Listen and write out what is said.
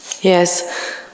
Yes